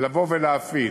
לבוא ולהפעיל.